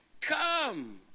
come